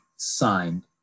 Signed